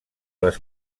les